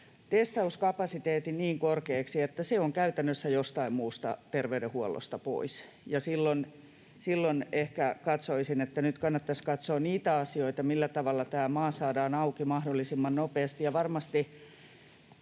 testauskapasiteetin niin korkeaksi, että se on käytännössä jostain muusta terveydenhuollosta pois. Silloin ehkä katsoisin, että nyt kannattaisi katsoa niitä asioita, millä tavalla tämä maa saadaan auki mahdollisimman nopeasti,